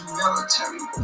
military